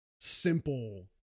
simple